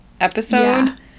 episode